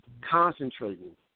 concentrating